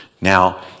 Now